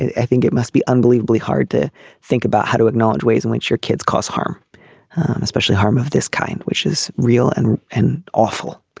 i think it must be unbelievably hard to think about how to acknowledge ways in which your kids cause harm especially harm of this kind which is real and and awful